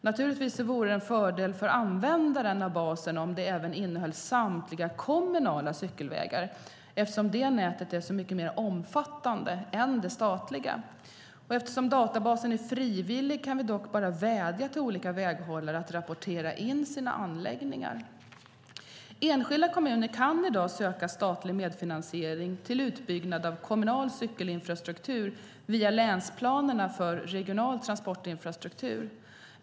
Naturligtvis vore det en fördel för användaren av basen om den även innehöll samtliga kommunala cykelvägar, eftersom det nätet är så mycket mer omfattande än det statliga. Eftersom databasen är frivillig kan vi dock bara vädja till olika väghållare att rapportera in sina anläggningar. Enskilda kommuner kan i dag söka statlig medfinansiering till utbyggnad av kommunal cykelinfrastruktur via länsplanerna för regional transportinfrastruktur.